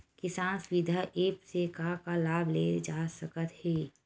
किसान सुविधा एप्प से का का लाभ ले जा सकत हे?